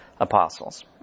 apostles